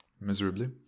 miserably